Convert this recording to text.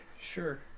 Sure